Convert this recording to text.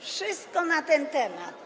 Wszystko na ten temat.